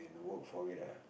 and work forget ah